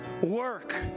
work